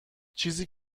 چیزی